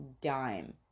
dime